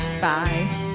Bye